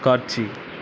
காட்சி